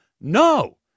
no